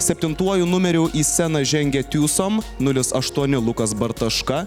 septintuoju numeriu į sceną žengia twosome nulis aštuoni lukas bartaška